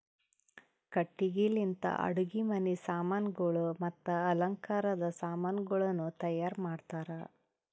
ಕಟ್ಟಿಗಿ ಲಿಂತ್ ಅಡುಗಿ ಮನಿ ಸಾಮಾನಗೊಳ್ ಮತ್ತ ಅಲಂಕಾರದ್ ಸಾಮಾನಗೊಳನು ತೈಯಾರ್ ಮಾಡ್ತಾರ್